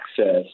access